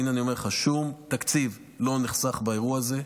הינה, אני אומר לך, שום תקציב לא נחסך באירוע הזה.